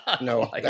No